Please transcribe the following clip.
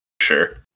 Sure